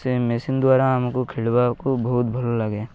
ସେ ମେସିନ୍ ଦ୍ୱାରା ଆମକୁ ଖେଳିବାକୁ ବହୁତ ଭଲ ଲାଗେ